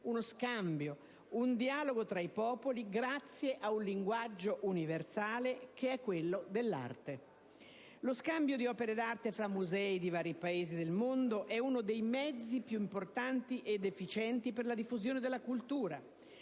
uno scambio, un dialogo tra i popoli, grazie a linguaggio universale che è quello dell'arte. Lo scambio di opere d'arte fra i musei dei vari Paesi del mondo è uno dei mezzi più importanti ed efficienti per la diffusione della cultura,